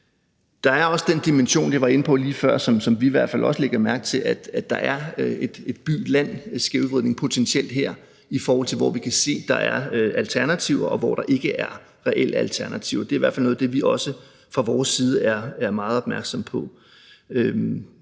før – som vi i hvert fald lægger mærke til, nemlig at der er en by-land-skævvridning potentielt her, i forhold til hvor vi kan se der er alternativer og hvor der ikke er reelle alternativer. Det er i hvert fald noget af det, vi fra vores side også er meget opmærksom på.